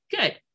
Good